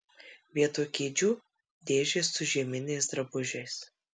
vietoj kėdžių dėžės su žieminiais drabužiais